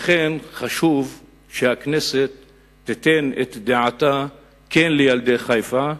לכן, חשוב שהכנסת תיתן את דעתה על ילדי חיפה,